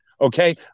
okay